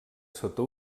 sota